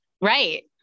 Right